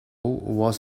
was